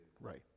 right